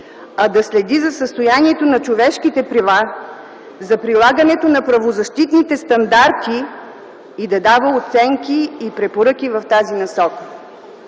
а да следи за състоянието на човешките права, за прилагането на правозащитните стандарти и да дава оценки и препоръки в тази насока.